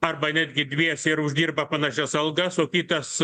arba netgi dviese ir uždirba panašias algas o kitas